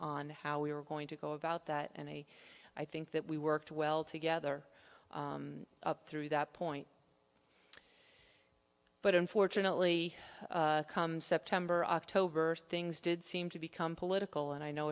on how we were going to go about that and i think that we worked well together through that point but unfortunately come september october things did seem to become political and i know